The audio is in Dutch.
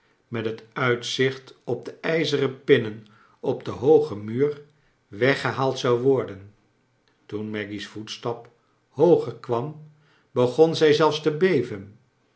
met het uitzicht op de ijzeren pinnen op den hoogen muur weggehaald zou worsen toen maggy's voetstap hooger kwam begon zij zelfs te beven